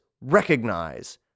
recognize